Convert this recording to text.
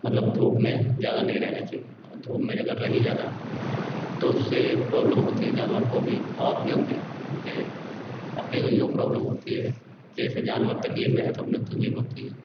मतलब धूप में ज़्यादा नहीं रहना चाहिए और धूप में अगर रही ज़्यादा तो उससे प्रॉब्लम होती है जानवर को भी और अपने को भी क्योंकि अपने को यह प्रॉब्लम होती है कि जैसे जानवर तकलीफ़ में है तो अपने को तकलीफ़ होती है